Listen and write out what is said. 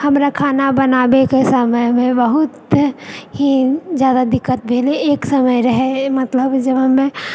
हमरा खाना बनाबैके समयमे बहुत ही जादा दिक्कत भेलै एक समय रहै मतलब जब हमे